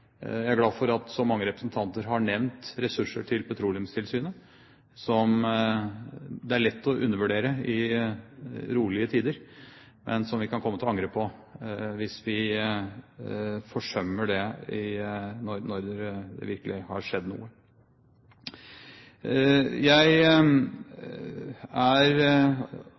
Jeg er glad for at så mange representanter har nevnt ressurser til Petroleumstilsynet, som det er lett å undervurdere i rolige tider, men som vi kan komme til å angre på at vi har forsømt, når det virkelig har skjedd noe. Jeg